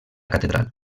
catedral